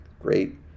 great